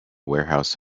warehouse